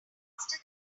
faster